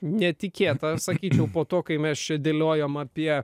netikėta sakyčiau po to kai mes čia dėliojom apie